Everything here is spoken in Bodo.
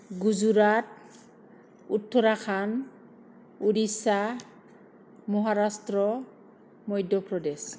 गुजरात उत्तराखन्द उरिस्या महाराष्ट्र मध्य प्रदेश